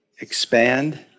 expand